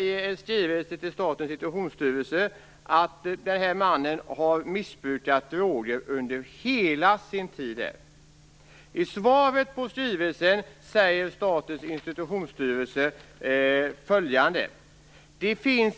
I en skrivelse till Statens Institutionsstyrelse påpekas att den här mannen har missbrukat droger under hela sin tid där. Statens Institutionsstyrelse säger i sitt svar på skrivelsen: Det finns